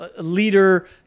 leader